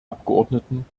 abgeordneten